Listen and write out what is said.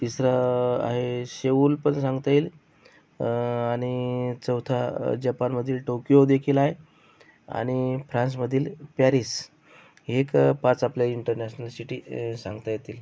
तिसरं आहे शेऊल पण सांगता येईल आणि चौथा जपानमधील टोकियोदेखील आहे आणि फ्रान्समधील पॅरीस हे एक पाच आपल्या इंटरनॅशनल शिटी सांगता येतील